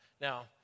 Now